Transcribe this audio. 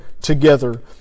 together